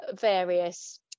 various